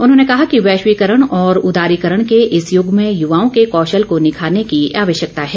उन्होंने कहा कि वैश्वीकरण और उदारीकरण के इस युग में युवाओं के कौशल को निखारने की आवश्यकता है